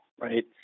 Right